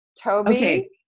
Toby